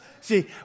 See